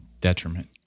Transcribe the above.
detriment